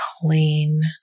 clean